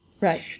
Right